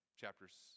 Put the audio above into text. Chapters